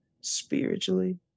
spiritually